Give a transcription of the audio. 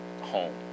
home